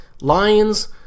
Lions